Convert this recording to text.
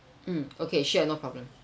mm okay sure no problem